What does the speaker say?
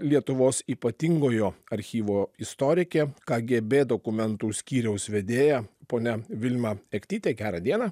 lietuvos ypatingojo archyvo istorikė kagiebė dokumentų skyriaus vedėja ponia vilma ektytė gerą dieną